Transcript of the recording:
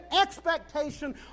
expectation